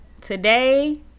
today